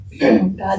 God